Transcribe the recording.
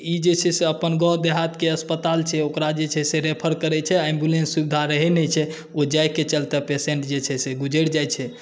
ई जे छै से अपन गाँव देहातके अस्पताल छै ओकरा जे छै से रेफर करैत छै आ एम्बुलेन्स सुविधा रहैत नहि छै ओ जाए के चलते पेशेन्ट जे छै से गुजरि जाइत छै